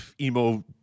emo